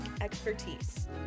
expertise